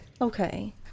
Okay